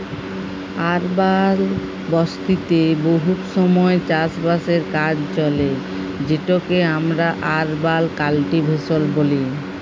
আরবাল বসতিতে বহুত সময় চাষ বাসের কাজ চলে যেটকে আমরা আরবাল কাল্টিভেশল ব্যলি